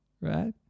right